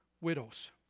widows